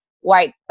white